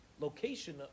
Location